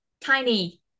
tiny